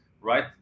right